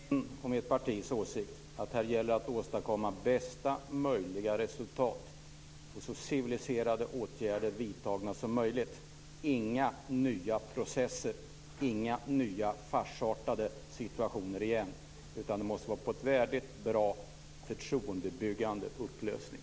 Fru talman! Jag tror att det är allas vår vilja, det är åtminstone min och mitt partis åsikt, att det här gäller att åstadkomma bästa möjliga resultat och få så civiliserade åtgärder vidtagna som möjligt. Inga nya processer - inga nya farsartade situationer igen! Det måste vara en värdig, bra, förtroendebyggande upplösning.